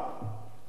וכואב לי,